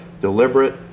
deliberate